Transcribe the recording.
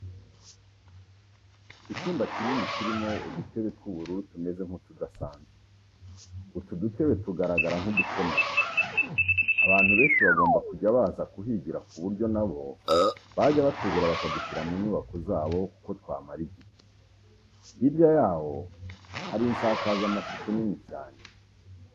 Icyumba kinini kirimo udutebe tw'ubururu tumeze nk'utudasanzwe, utu dutebe tugaragara nk'udukomeye, abantu benshi bagomba kujya baza kuhigira ku buryo na bo bajya batugura bakadushyira mu nyubako zabo kuko twamara igihe. Hirya yaho hari insakazamashusho nini cyane.